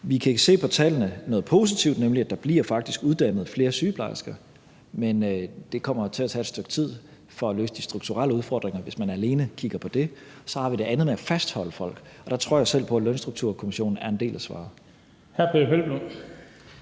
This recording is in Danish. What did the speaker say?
Vi kan se noget positivt i tallene, nemlig at der faktisk bliver uddannet flere sygeplejersker, men det kommer jo til at tage et stykke tid at løse de strukturelle udfordringer, hvis man alene kigger på det. Så har vi det andet, nemlig det med at fastholde folk, og der tror jeg selv på, at Lønstrukturkomitéen er en del af svaret.